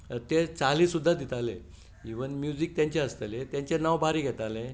ते चाली सुद्दां दिताले इवन म्युझीक तांचें आसतालें तांचें नांव बारीक येतालें